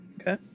okay